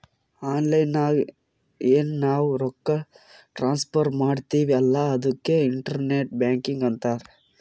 online ನಾಗ್ ಎನ್ ನಾವ್ ರೊಕ್ಕಾ ಟ್ರಾನ್ಸಫರ್ ಮಾಡ್ತಿವಿ ಅಲ್ಲಾ ಅದುಕ್ಕೆ ಇಂಟರ್ನೆಟ್ ಬ್ಯಾಂಕಿಂಗ್ ಅಂತಾರ್